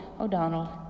O'Donnell